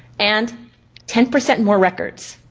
and ten percent more records.